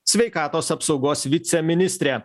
sveikatos apsaugos viceministre